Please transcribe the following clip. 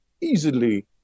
easily